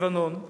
בלבנון,